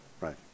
right